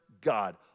God